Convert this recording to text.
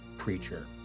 creature